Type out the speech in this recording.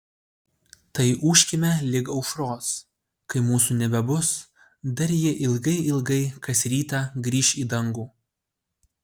tai ūžkime lig aušros kai mūsų nebebus dar ji ilgai ilgai kas rytą grįš į dangų